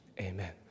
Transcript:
Amen